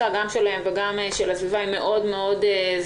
שלהם וגם של הסביבה היא מאוד זניחה.